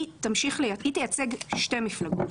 והיא תייצג שתי מפלגות,